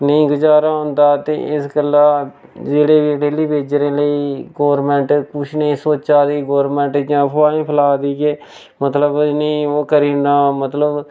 नेईं गजारा होंदा ते इस गल्ला जेह्ड़े डेल्ली बेजरें लेई गौरमैंट कुछ नेईं सोचा दी गौरमैंट इ'यां अफवाहीं फैला दी के मतलब इ'यै ओह् करी ओड़ना मतलब